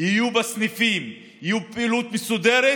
יהיו בסניפים, יהיו בפעילות מסודרת,